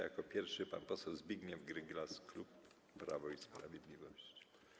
Jako pierwszy - pan poseł Zbigniew Gryglas, klub Prawo i Sprawiedliwość.